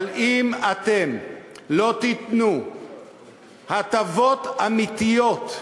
אבל אם אתם לא תיתנו הטבות אמיתיות,